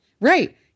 Right